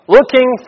Looking